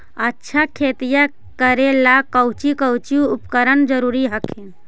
अच्छा खेतिया करे ला कौची कौची उपकरण जरूरी हखिन?